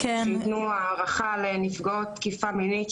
וייתנו הארכה לנפגעות תקיפה מינית,